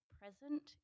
present